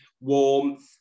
warmth